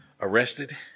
arrested